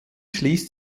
schließt